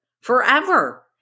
forever